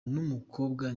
n’umukobwa